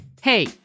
Hey